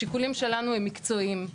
השיקולים שלנו הם מקצועיים,